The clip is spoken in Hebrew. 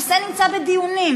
הנושא נמצא בדיונים.